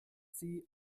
sie